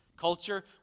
Culture